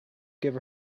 give